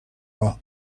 راه